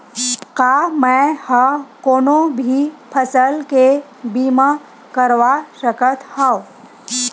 का मै ह कोनो भी फसल के बीमा करवा सकत हव?